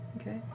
Okay